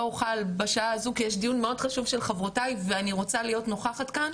אוכל בשעה הזו כי יש דיון מאוד חשוב של חברותיי ואני רוצה להיות נוכחת כאן